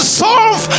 solve